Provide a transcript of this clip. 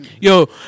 Yo